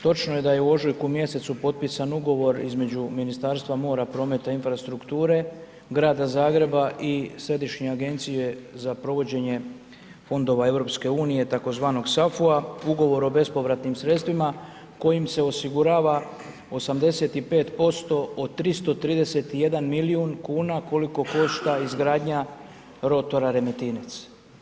Točno je da je u ožujku mjesecu potpisan ugovor između Ministarstva mora, prometa i infrastrukture, Grada Zagreba i Središnje agencije za provođenje fondova EU, tzv. SAFU-a, ugovor o bespovratnim sredstvima, kojim se osigurava 85% od 331 milijun kuna, koliko košta izgradnja rotora Remetinec.